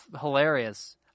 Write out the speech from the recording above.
hilarious